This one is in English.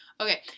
Okay